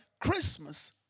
Christmas